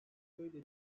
böyle